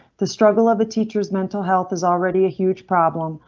the struggle of the teachers mental health is already a huge problem,